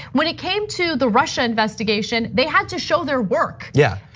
when it came to the russia investigation, they had to show their work. yeah.